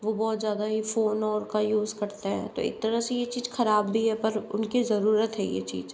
वो बहुत ज़्यादा ये फ़ोन का यूज़ करते हैं तो एक तरह से ये चीज ख़राब भी है पर उनकी ज़रूरत है ये चीज